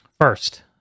First